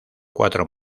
cuatro